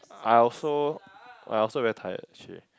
I also I also very tired actually